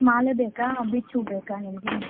ಮಾಲೆ ಬೇಕಾ ಬಿಚ್ಚು ಹೂ ಬೇಕಾ ನಿಮಗೆ